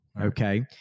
Okay